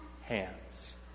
hands